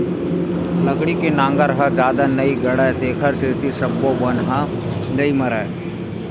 लकड़ी के नांगर ह जादा नइ गड़य तेखर सेती सब्बो बन ह नइ मरय